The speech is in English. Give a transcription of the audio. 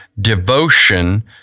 devotion